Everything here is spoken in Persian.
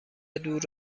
دور